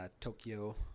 Tokyo